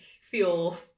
feel